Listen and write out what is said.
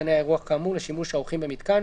מיתקני האירוח כאמור לשימוש האורחים במיתקן,